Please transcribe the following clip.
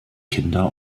kinder